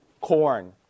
corn